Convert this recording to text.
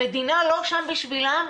המדינה לא שם בשבילם?